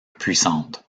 puissante